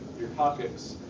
your coccyx.